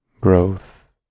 growth